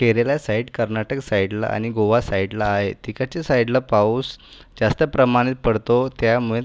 केरेला साइडला आणि कर्नाटक साइडला आणि गोवा साइडला आहे तिकडच्या साइडला पाऊस जास्त प्रमाणात पडतो त्यामुळे